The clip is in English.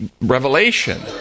Revelation